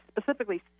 specifically